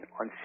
on